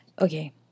Okay